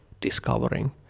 discovering